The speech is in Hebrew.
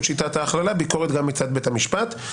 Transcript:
"שיטת ההכללה" ביקורת גם מצד בית המשפט.